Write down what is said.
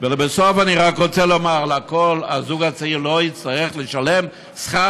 ובסוף אני רק רוצה לומר לכול: הזוג הצעיר לא יצטרך לשלם שכר